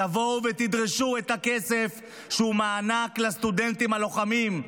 בואו ודרשו את הכסף שהוא מענק לסטודנטים הלוחמים.